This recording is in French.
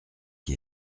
qui